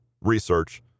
research